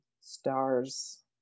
stars